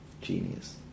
Genius